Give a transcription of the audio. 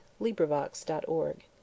LibriVox.org